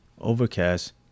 Overcast